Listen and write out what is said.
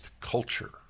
culture